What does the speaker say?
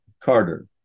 Carter